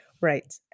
Right